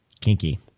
Kinky